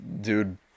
Dude